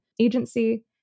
agency